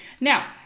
Now